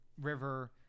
River